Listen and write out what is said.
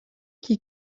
qui